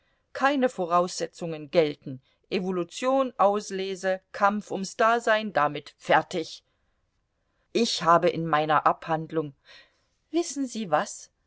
keine voraussetzungen gelten evolution auslese kampf ums dasein damit fertig ich habe in meiner abhandlung wissen sie was